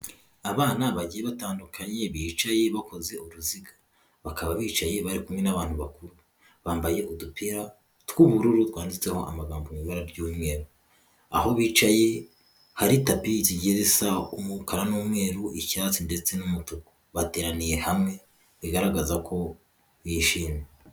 Abana bagiye batandukanye bicaye bakoze uruziga bakaba bicaye bari kumwe n'abantu bakuru, bambaye udupira tw'ubururu twanditseho amagambo mui ibara ry'umweru, aho bicaye hari tapi zigiye zisa umukara n'umweru, icyatsi ndetse n'umutuku bateraniye hamwe bigaragara ko bishimye.